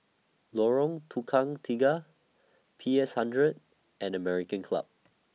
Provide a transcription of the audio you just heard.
Lorong Tukang Tiga P S hundred and American Club